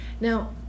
Now